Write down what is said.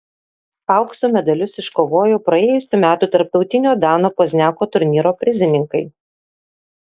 aukso medalius iškovojo praėjusių metų tarptautinio dano pozniako turnyro prizininkai